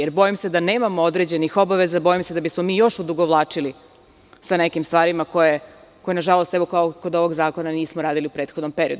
Jer, bojim se da nemamo određenih obaveza, da bismo mi još odugovlačili sa nekim stvarima koje, nažalost, kao i kod ovog zakona nismo uradili u prethodnom periodu.